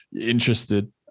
interested